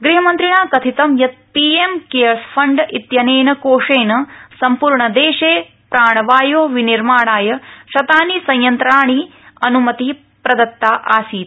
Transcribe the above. गृहमन्त्रिणा कथितं यत् पीएम् केयर्स फण्डइत्यनेन कोषेन सम्पूर्ण देशे प्राण वायो विनिर्माणाय शतानि संयन्त्राणि अनुमति प्रदत्ता आसीत्